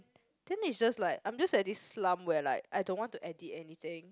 then it's just like I'm just at this slump where like I don't want to edit anything